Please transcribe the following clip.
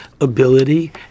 ability